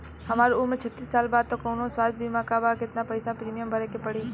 हमार उम्र छत्तिस साल बा त कौनों स्वास्थ्य बीमा बा का आ केतना पईसा प्रीमियम भरे के पड़ी?